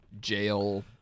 jail